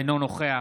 אינו נוכח